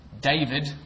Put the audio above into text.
David